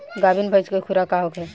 गाभिन भैंस के खुराक का होखे?